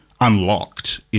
unlocked